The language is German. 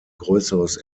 größeres